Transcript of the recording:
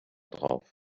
drauf